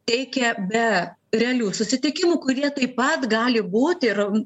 teikia be realių susitikimų kurie taip pat gali būti ir